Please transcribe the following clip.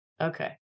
Okay